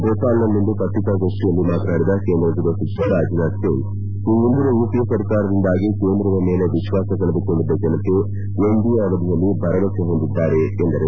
ಭೋಪಾಲ್ನಲ್ಲಿಂದು ಪ್ರಕಿಕಾಗೋಷ್ಠಿಯಲ್ಲಿ ಮಾತನಾಡಿದ ಕೇಂದ್ರ ಗ್ರಹ ಸಚಿವ ರಾಜನಾಥ್ ಸಿಂಗ್ ಈ ಹಿಂದಿನ ಯುಪಿಎ ಸರ್ಕಾರದಿಂದಾಗಿ ಕೇಂದ್ರದ ಮೇಲೆ ವಿಶ್ವಾಸ ಕಳೆದುಕೊಂಡಿದ್ದ ಜನತೆ ಎನ್ಡಿಎ ಅವಧಿಯಲ್ಲಿ ಭರವಸೆ ಹೊಂದಿದ್ದಾರೆ ಎಂದರು